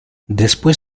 después